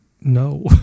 no